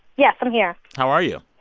yes, i'm here how are you?